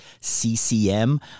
CCM